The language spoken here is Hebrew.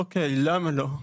אוקי, למה לא?